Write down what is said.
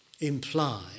imply